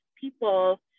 people